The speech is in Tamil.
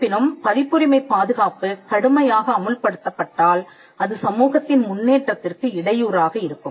இருப்பினும் பதிப்புரிமை பாதுகாப்பு கடுமையாக அமுல் படுத்தப்பட்டால் அது சமூகத்தின் முன்னேற்றத்திற்கு இடையூறாக இருக்கும்